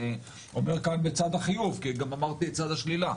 אני אומר כאן בצד החיוב כי גם אמרתי את צד השלילה.